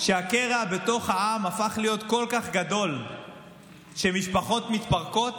שהקרע בתוך העם הפך להיות כל כך גדול שמשפחות מתפרקות,